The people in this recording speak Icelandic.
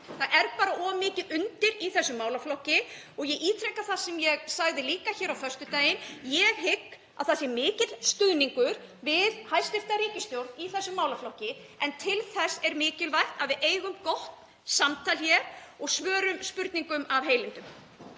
Það er bara of mikið undir í þessum málaflokki. Ég ítreka það sem ég sagði líka hér á föstudaginn: Ég hygg að það sé mikill stuðningur við hæstv. ríkisstjórn í þessum málaflokki en til þess er mikilvægt að við eigum gott samtal hér og svörum spurningum af heilindum.